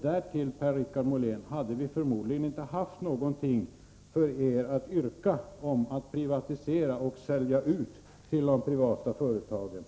Därtill kommer, Per-Richard Molén, att vi förmodligen inte hade haft någonting för er att yrka på när det gäller att privatisera och sälja ut till de privata företagen.